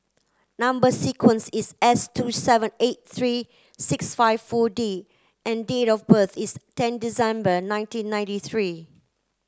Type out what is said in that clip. number sequence is S two seven eight three six five four D and date of birth is ten December nineteen ninety three